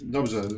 Dobrze